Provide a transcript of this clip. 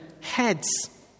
heads